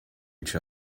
each